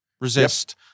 Resist